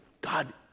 God